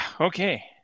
Okay